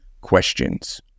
questions